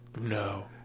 No